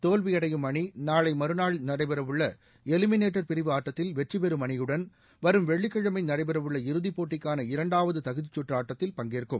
தோல்வியடையும் அணி நாளை மறுநாள் நடைபெறவுள்ள எலிமினேட்டர் பிரிவு ஆட்டத்தில் வெற்றிபெறும் அணியுடன் வரும் வெள்ளிக்கிழமை நடைபெறவுள்ள இறதிப் போட்டிக்கான இரண்டாவது தகுதிச் சுற்று ஆட்டத்தில் பங்கேற்கும்